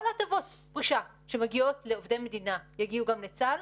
ההטבות שמגיעות לעובדי מדינה יגיעו גם לצה"ל,